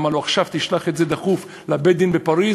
אמר לו: עכשיו תשלח את זה דחוף לבית-הדין בפריז,